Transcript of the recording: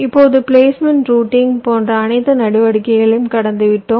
இப்போது placement routing போன்ற அனைத்து நடவடிக்கைகளையும் கடந்துவிட்டோம்